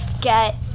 get